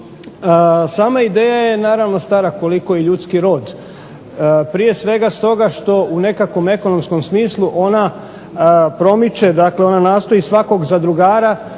Sama ideja je stara koliko i ljudski rod. Prije svega što u nekakvom ekonomskom smislu ona promiče ona nastoji svakog zadrugara